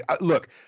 Look